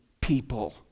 people